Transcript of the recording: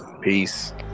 Peace